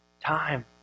time